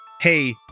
hey